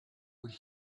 would